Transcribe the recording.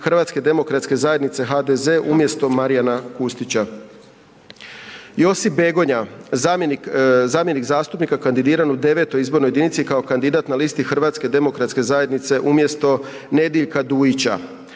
Hrvatske demokratske zajednice, HDZ umjesto Marijana Kustića. Josip Begonja, zamjenik zastupnika kandidiran u IX. izbornoj jedinici kao kandidat na listi Hrvatske demokratske zajednice, HDZ umjesto Nediljka Dujića.